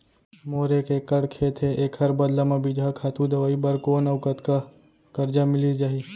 मोर एक एक्कड़ खेत हे, एखर बदला म बीजहा, खातू, दवई बर कोन अऊ कतका करजा मिलिस जाही?